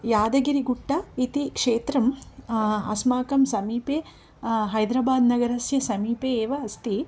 यादगिरिगुड्ड इति क्षेत्रम् अस्माकम् समीपे हैद्राबाद् नगरस्य समीपे एव अस्ति